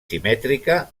simètrica